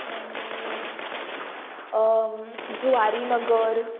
आनी झुवारीनगर